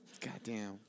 Goddamn